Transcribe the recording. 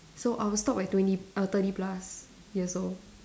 so I will stop at twenty err thirty plus years old